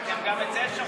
אתם, גם את זה שוכחים.